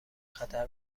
خطر